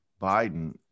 Biden